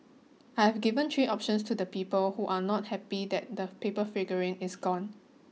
I've given three options to the people who are not happy that the paper figurine is gone